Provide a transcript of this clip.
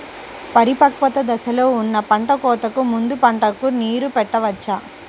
పరిపక్వత దశలో ఉన్న పంట కోతకు ముందు పంటకు నీరు పెట్టవచ్చా?